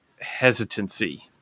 hesitancy